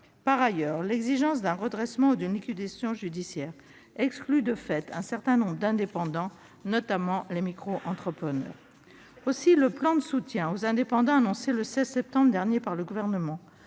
Par ailleurs, l'exigence d'un redressement ou d'une liquidation judiciaires exclut de fait un certain nombre d'indépendants, notamment les microentrepreneurs. Aussi le plan de soutien aux indépendants annoncé le 16 septembre dernier par le Gouvernement